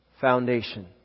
foundation